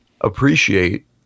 appreciate